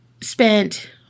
spent